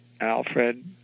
Alfred